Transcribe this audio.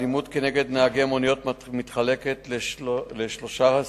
האלימות נגד נהגי מוניות נחלקת לשלושה סוגים: